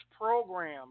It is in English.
program